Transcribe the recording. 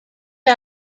est